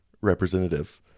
representative